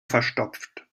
verstopft